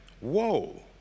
whoa